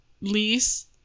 lease